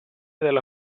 della